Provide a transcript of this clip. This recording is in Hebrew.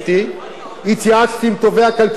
התייעצתי עם טובי הכלכלנים בארץ.